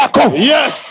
Yes